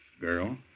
Girl